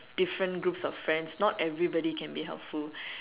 different groups of friends not everybody can be helpful